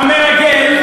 המרגל,